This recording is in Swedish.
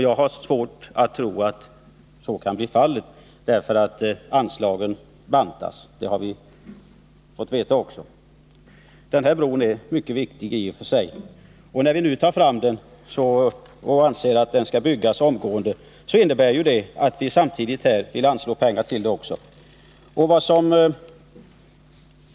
Jag har svårt att tro att så kan bli fallet, eftersom ju anslagen bantas — det har vi också fått veta. Bron är mycket viktig i och för sig, och när vi nu för fram det här förslaget om att den skall byggas omgående, så innebär detta att vi samtidigt vill anslå pengar till det.